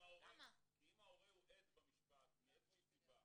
כי אם ההורה הוא עד במשפט מאיזושהי סיבה